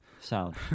Sound